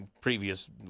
previous